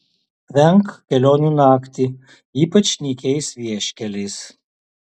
venk kelionių naktį ypač nykiais vieškeliais